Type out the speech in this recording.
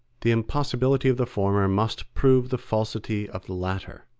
the impossibility of the former must prove the falsity of the latter.